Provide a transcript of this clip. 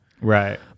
Right